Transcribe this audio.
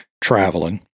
traveling